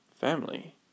family